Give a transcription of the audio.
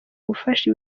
gufasha